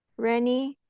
rennie?